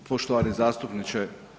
Poštovani zastupniče.